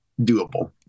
doable